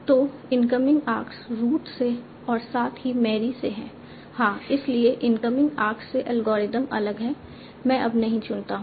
तो incoming arcs root से और साथ ही मैरी से हैं हाँ इसलिए इनकमिंग आर्क से एल्गोरिथ्म अलग है मैं अब नहीं चुनता हूं